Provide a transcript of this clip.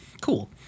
cool